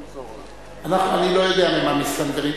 אני לא יודע ממה מסתנוורים,